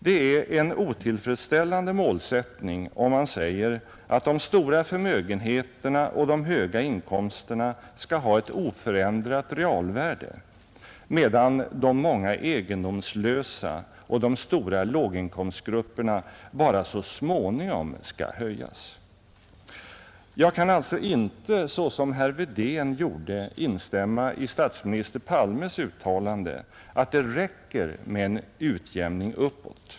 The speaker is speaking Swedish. Det är en otillfredsställande målsättning, om man säger att de stora förmögenheterna och de höga inkomsterna skall ha ett oförändrat realvärde, medan de många egendomslösa och de stora låginkomstgrupperna bara så småningom skall höjas. Jag kan alltså inte som herr Wedén gjorde instämma i statsminister Palmes uttalande att det räcker med en utjämning uppåt.